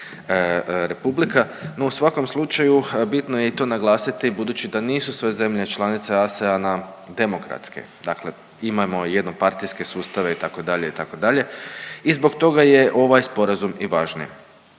republika. No u svakom slučaju bitno je i to naglasiti budući da nisu sve zemlje članice ASEAN demokratske, dakle imamo i jednopartijske sustave itd. itd. i zbog toga je ovaj sporazum i važan.